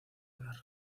las